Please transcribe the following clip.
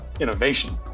innovation